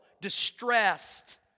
distressed